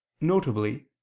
Notably